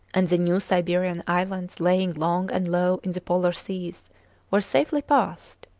and the new siberian islands lying long and low in the polar seas were safely passed.